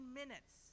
minutes